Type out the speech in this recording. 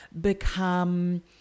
become